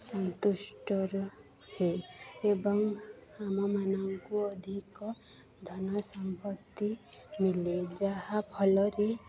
ସନ୍ତୁଷ୍ଟ ରୁହେ ଏବଂ ଆମମାନଙ୍କୁ ଅଧିକ ଧନ ସମ୍ପତି ମିଳେ ଯାହା ଫଳରେ